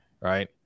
right